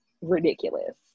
ridiculous